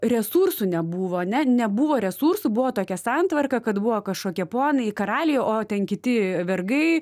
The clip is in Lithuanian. resursų nebuvo ane nebuvo resursų buvo tokia santvarka kad buvo kažkokie ponai karaliai o ten kiti vergai